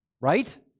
Right